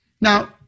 Now